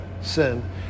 sin